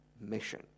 mission